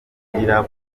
twigira